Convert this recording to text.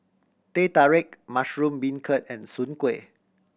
Teh Tarik mushroom beancurd and Soon Kuih